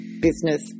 business